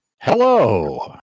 hello